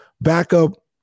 backup